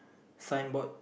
signboard